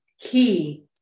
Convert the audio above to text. key